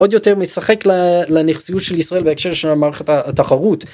עוד יותר משחק לנכסיות של ישראל בהקשר של המערכת התחרות.